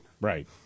right